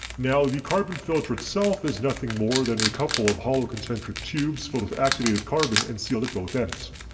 now the carbon filter itself is nothing more than a couple of hollow concentric tubes filled with activated carbon and sealed at both ends.